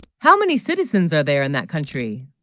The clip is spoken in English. how, many citizens are there in that country